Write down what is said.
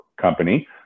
company